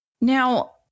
now